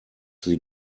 sie